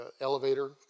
elevator